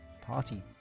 party